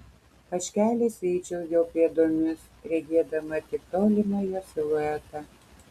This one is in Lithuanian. aš keliais eičiau jo pėdomis regėdama tik tolimą jo siluetą